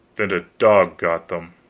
and a dog got them.